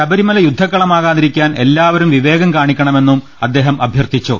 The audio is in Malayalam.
ശബരിമല യുദ്ധക്കളമാകാതിരിക്കാൻ എല്ലാ വരും വിവേകം കാണിക്കണമെന്നും അദ്ദേഹം അഭ്യർത്ഥി ച്ചു